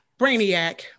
Brainiac